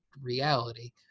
reality